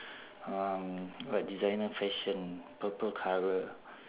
um got designer fashion purple colour